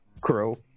crew